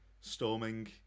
storming